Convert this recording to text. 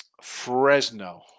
Fresno